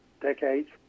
decades